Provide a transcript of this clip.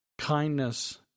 Kindness